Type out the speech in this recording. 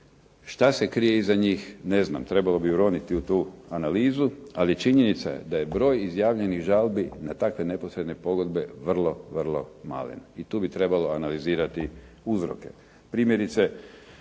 Šta se krije iza njih? Ne znam. Trebalo bi uroniti u tu analizu, ali činjenica je da je broj izjavljenih žalbi na takve neposredne pogodbe vrlo vrlo malen i tu bi trebalo analizirati uzroke.